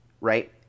Right